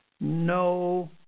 no